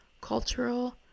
cultural